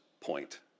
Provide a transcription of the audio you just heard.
point